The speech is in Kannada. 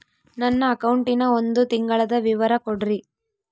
ನನ್ನ ಅಕೌಂಟಿನ ಒಂದು ತಿಂಗಳದ ವಿವರ ಕೊಡ್ರಿ?